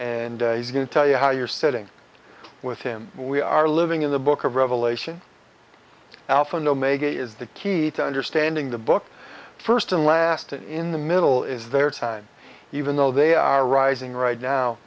and he's going to tell you how you're sitting with him we are living in the book of revelation alpha and omega is the key to understanding the book first and last in the middle is their time even though they are rising right now